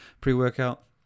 pre-workout